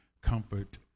comfort